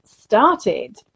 started